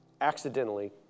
accidentally